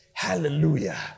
Hallelujah